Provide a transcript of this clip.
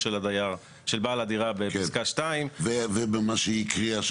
של בעל הדירה בפסקה 2. ובמה שהיא הקריאה,